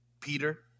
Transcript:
Peter